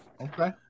Okay